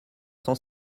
cent